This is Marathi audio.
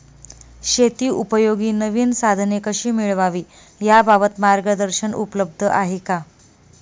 शेतीउपयोगी नवीन साधने कशी मिळवावी याबाबत मार्गदर्शन उपलब्ध आहे का?